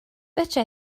fedra